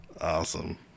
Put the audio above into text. Awesome